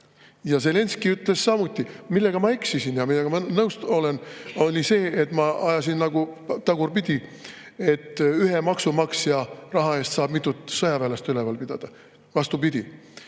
Ja Zelenskõi ütles samuti. Millega ma eksisin – sellega olen nõus –, oli see, et ma ütlesin tagurpidi, et ühe maksumaksja raha eest saab mitut sõjaväelast üleval pidada. Vastupidi,